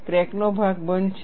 ક્રેકનો ભાગ બંધ છે